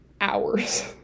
hours